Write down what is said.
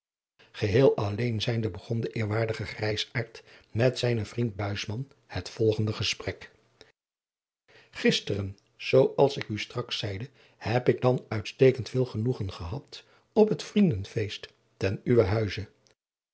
geheel alleen zijnde begon de eerwaardige grijsaard met zijnen vriend buisman het volgend gesprek gisteren zoo als ik u straks zeide heb ik dan uitstekend veel genoegen gehad op het vriendenfeest ten uwen huize